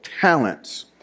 Talents